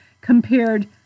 compared